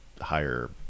higher